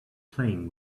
playing